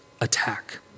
attack